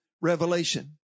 revelation